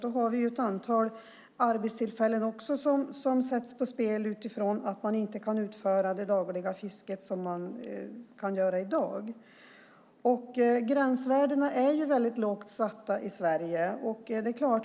Då har vi ett antal arbetstillfällen som sätts på spel utifrån att man inte kan utföra det dagliga fiske som man kan bedriva i dag. Gränsvärdena är väldigt lågt satta i Sverige.